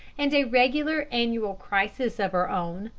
and a regular annual crisis of her own,